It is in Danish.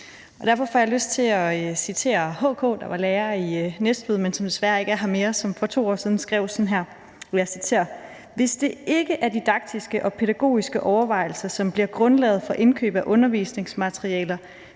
Derfor får jeg lyst til at citere H.K., der var lærer i Næstved, men som desværre ikke er her mere, og som for 2 år siden skrev sådan her: »Hvis det ikke er didaktiske og pædagogiske overvejelser, som bliver grundlaget for indkøb af undervisningsmidler,